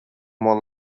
more